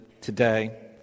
today